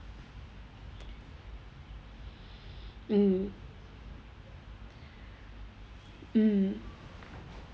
mm mm